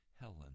Helen